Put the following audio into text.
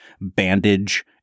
bandage